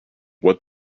what